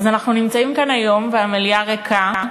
אז אנחנו נמצאים כאן היום והמליאה ריקה,